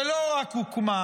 ולא רק הוקמה,